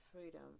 freedom